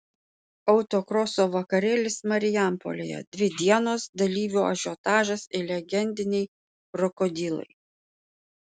autokroso vakarėlis marijampolėje dvi dienos dalyvių ažiotažas ir legendiniai krokodilai